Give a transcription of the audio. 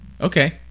Okay